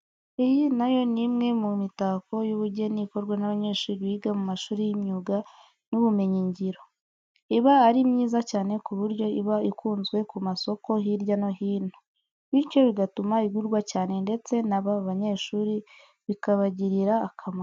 Iyi na yo ni imwe mu mitako y'ubugeni ikorwa n'abanyeshuri biga mu mashuri y'imyuga n'ibumenyingiro. Iba ari myiza cyane ku buryo iba ukunzwe ku masoko hirya no hino. Bityo bigatuma igurwa cyane ndetse n'aba banyeshuri bikabagirira akamaro.